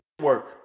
work